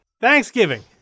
Thanksgiving